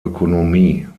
ökonomie